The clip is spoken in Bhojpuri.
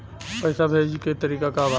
पैसा भेजे के तरीका का बा?